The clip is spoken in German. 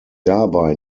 dabei